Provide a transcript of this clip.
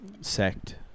sect